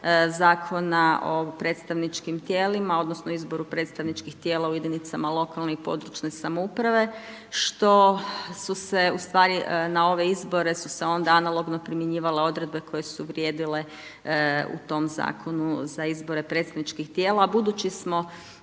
Zakona o predstavničkim tijelima odnosno izboru predstavničkih tijela u jedinicama lokalne i područne samouprave, što su se ustvari na ove izbore su se onda analogno primjenjivale odredbe koje su vrijedile u tom zakonu za izbore predstavničkih tijela, budući smo